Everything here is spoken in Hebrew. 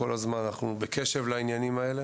אנחנו כל הזמן נמצאים בקשב לנושאים האלה